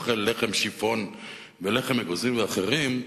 אוכל לחם שיפון ולחם אגוזים ואחרים.